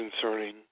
concerning